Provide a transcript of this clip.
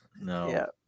No